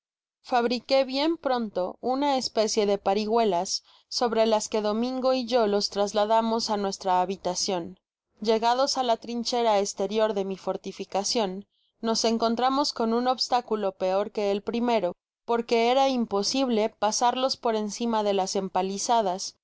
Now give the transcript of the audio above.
fabriqué bien pronto una especie de parihuelas sobre las que domingo y ye los trasladamos á nuestra habitacion llegados á la trinchera estertor de mi fortificacion nos encontramos con un obstáculo peor que el primero porque era imposible pasarlos por encima de las empalizadas y